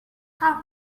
have